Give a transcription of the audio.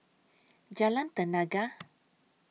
Jalan Tenaga